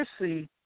see